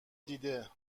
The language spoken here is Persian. دیده